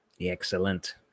Excellent